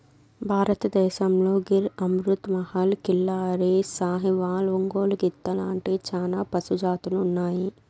భారతదేశంలో గిర్, అమృత్ మహల్, కిల్లారి, సాహివాల్, ఒంగోలు గిత్త లాంటి చానా పశు జాతులు ఉన్నాయి